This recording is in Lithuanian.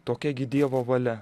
tokia gi dievo valia